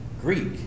Greek